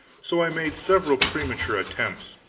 so i made several premature attempts,